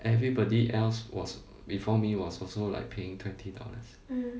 everybody else was before me was also like paying twenty dollars